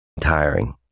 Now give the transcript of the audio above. tiring